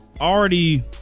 already